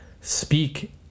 speak